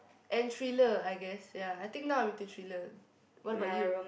and thriller I guess ya I think now I'm into thriller what about you